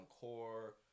core